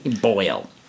Boil